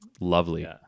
Lovely